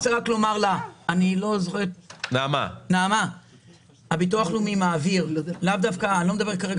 אני רוצה לומר לנעמה שהביטוח הלאומי מעביר אני לא מדבר כרגע